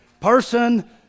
person